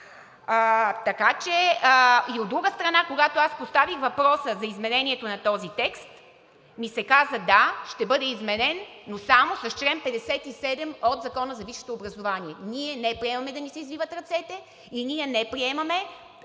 видели. От друга страна, когато аз поставих въпроса за изменението на този текст, ми се каза: да, ще бъде изменен, но само с чл. 57 от Закона за висшето образование. Ние не приемаме да ни се извиват ръцете и не приемаме